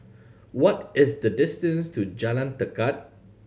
what is the distance to Jalan Tekad